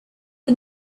but